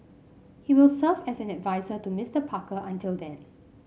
he will serve as an adviser to Mister Parker until then